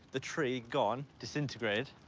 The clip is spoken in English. the tree gone. disintegrated.